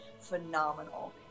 phenomenal